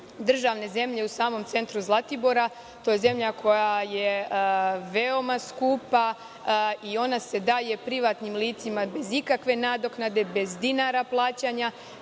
državne zemlje u samom centru Zlatibora. To je zemlja koja je veoma skupa i ona se daje privatnim licima bez ikakve nadoknade, bez dinara plaćanja.